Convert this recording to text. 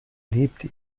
lebte